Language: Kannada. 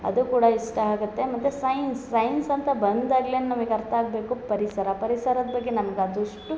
ಅದು ಕೂಡ ಇಷ್ಟ ಆಗುತ್ತೆ ಮತ್ತು ಸೈನ್ಸ್ ಸೈನ್ಸ್ ಅಂತ ಬಂದಾಗಲೆ ನಮಗೆ ಅರ್ಥ ಆಗಬೇಕು ಪರಿಸರ ಪರಿಸರದ ಬಗ್ಗೆ ನಮ್ಗ ಅದಷ್ಟು